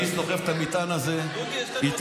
אני סוחב את המטען הזה איתי,